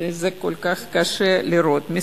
וכל כך קשה לראות את זה.